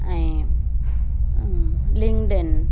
ऐं लिंकडिन